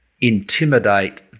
intimidate